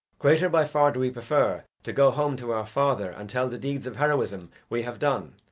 greater by far do we prefer to go home to our father and tell the deeds of heroism we have done,